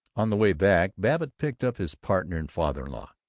on the way back babbitt picked up his partner and father-in-law,